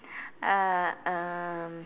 uh um